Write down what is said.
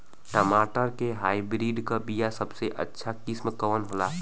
टमाटर के हाइब्रिड क बीया सबसे अच्छा किस्म कवन होला?